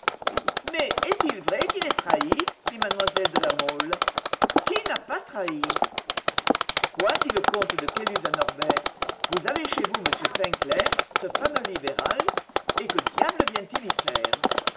mais est-il vrai qu'il ait trahi dit mlle de la mole qui n'a pas trahi quoi dit le comte de caylus à norbert vous avez chez vous m sainclair ce fameux libéral et que diable vient-il y faire